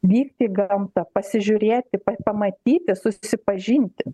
vykti į gamtą pasižiūrėti pamatyti susipažinti